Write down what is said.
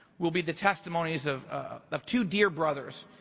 will be the testimonies of of two dear brothers,